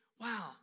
wow